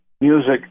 music